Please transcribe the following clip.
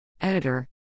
Editor